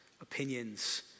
opinions